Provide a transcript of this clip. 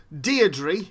Deirdre